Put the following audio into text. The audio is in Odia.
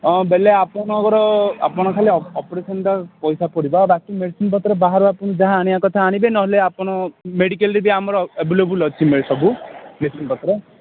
ହଁ ବୋଲେ ଆପଣଙ୍କର ଆପଣ ଖାଲି ଅପେରସନ୍ଟା ପଇସା ପଡ଼ିବ ଆଉ ବାକି ମେଡ଼ିସିନ୍ପତ୍ର ବାହାରୁ ଆପଣ ଯାହା ଆଣିବା କଥା ଆଣିବେ ନହଲେ ଆପଣ ମେଡ଼ିକାଲ୍ରେ ବି ଆମର ଆଭେଲେବୁଲ୍ ଅଛି ସବୁ ମେଡ଼ିସିନ୍ପତ୍ର